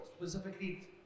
Specifically